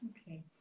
okay